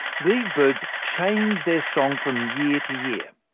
these birds change their song from year to year.